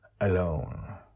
Alone